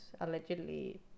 allegedly